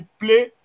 play